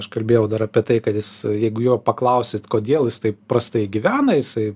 aš kalbėjau dar apie tai kad jis jeigu jo paklausit kodėl jis taip prastai gyvena jisai